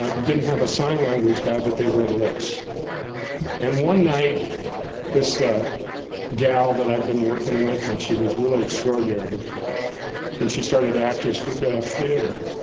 ah didn't have a sign language guy, but they read lips and one night this gal that i'd been working with and she was really extraordinary and she started actors for the theater